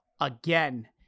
Again